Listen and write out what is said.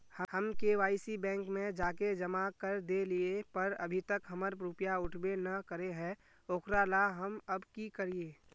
हम KYC bank में जाके जमा कर देलिए पर अभी तक हमर रुपया उठबे न करे है ओकरा ला हम अब की करिए?